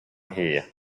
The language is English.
here